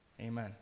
Amen